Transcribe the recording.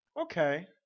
Okay